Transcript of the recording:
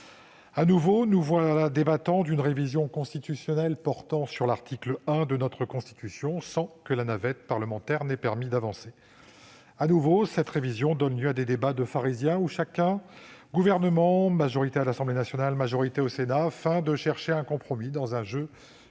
De nouveau, nous voilà débattant d'une révision constitutionnelle portant sur l'article 1 de notre Constitution, sans que la navette parlementaire ait permis d'avancer. De nouveau, cette révision donne à lieu à des débats de pharisiens dans lesquels chacun, Gouvernement, majorité à l'Assemblée nationale et majorité au Sénat, feint de chercher un compromis dans un jeu de